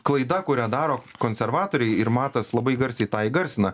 klaida kurią daro konservatoriai ir matas labai garsiai tą įgarsina